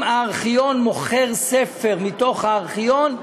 אם הארכיון מוכר ספר מהארכיון,